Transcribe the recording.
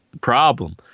problem